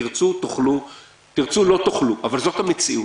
תרצו תיקחו; תרצו לא תיקחו; אבל זאת המציאות.